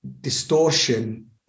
distortion